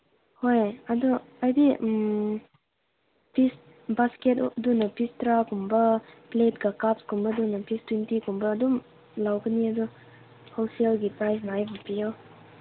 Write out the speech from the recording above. ꯍꯣꯏ ꯑꯗꯨ ꯑꯩꯗꯤ ꯄꯤꯁ ꯕꯥꯁꯀꯦꯠ ꯑꯣꯞꯗꯨꯅ ꯄꯤꯁ ꯇꯔꯥꯒꯨꯝꯕ ꯄ꯭ꯂꯦꯠꯀ ꯀꯞꯁꯒꯨꯝꯕꯗꯨꯅ ꯄꯤꯁ ꯇ꯭ꯋꯦꯟꯇꯤꯒꯨꯝꯕ ꯑꯗꯨꯝ ꯂꯧꯕꯅꯤ ꯑꯗꯨ ꯍꯣꯜꯁꯦꯜꯒꯤ ꯄꯥ꯭ꯔꯏꯁ ꯉꯥꯏ ꯄꯤꯕꯤꯌꯣ